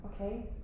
okay